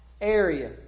area